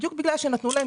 בדיוק בגלל שנתנו להם